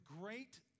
great